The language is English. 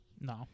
No